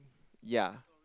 ya